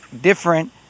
different